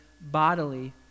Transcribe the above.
bodily